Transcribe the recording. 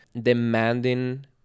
demanding